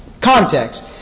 context